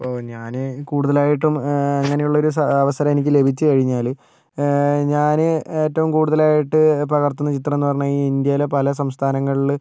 ഇപ്പോൾ ഞാൻ കൂടുതലായിട്ടും ഇങ്ങനെയുള്ളൊരു സ അവസരം എനിക്ക് ലഭിച്ച് കഴിഞ്ഞാൽ ഞാൻ ഏറ്റവും കൂടുതലായിട്ട് പകർത്തുന്ന ചിത്രമെന്ന് പറഞ്ഞ് കഴിഞ്ഞാൽ ഇന്ത്യയിലെ പല സംസ്ഥാനങ്ങളിൽ